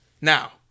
Now